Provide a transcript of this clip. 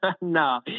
No